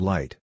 Light